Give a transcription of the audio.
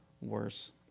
worse